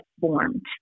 formed